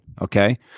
Okay